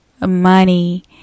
money